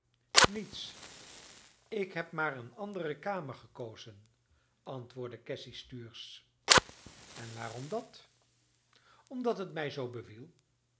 niets ik heb maar eene andere kamer gekozen antwoordde cassy stuursch en waarom dat omdat het mij zoo beviel